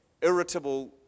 irritable